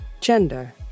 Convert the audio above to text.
gender